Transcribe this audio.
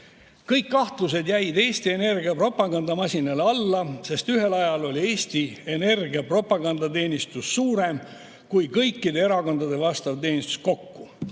Kõik kahtlused jäid Eesti Energia propagandamasinale alla, sest ühel ajal oli Eesti Energia propagandateenistus suurem kui kõikide erakondade vastav teenistus kokku. Ka